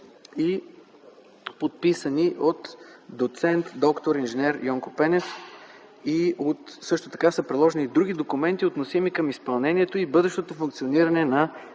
и подписани от доц. д-р инж. Йонко Пенев. Също така са приложени и други документи, относими към изпълнението и бъдещото функциониране на